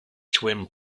twin